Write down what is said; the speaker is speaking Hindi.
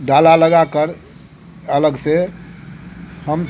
डाला लगा कर अलग से हम